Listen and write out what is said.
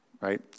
right